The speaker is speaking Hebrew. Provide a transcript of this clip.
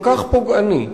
כל כך פוגעני,